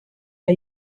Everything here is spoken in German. der